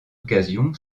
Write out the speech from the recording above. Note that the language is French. occasion